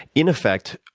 in effect,